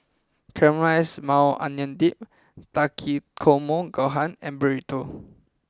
Caramelized Maui Onion Dip Takikomi Gohan and Burrito